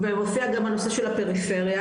ומופיע גם נושא של הפריפריה,